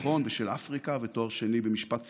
התיכון ושל אפריקה ותואר שני במשפט ציבורי,